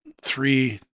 three